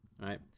right